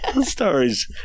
Stories